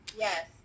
yes